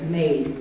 made